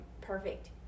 perfect